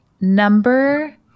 Number